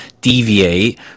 deviate